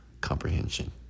comprehension